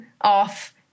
off